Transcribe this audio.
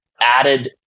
added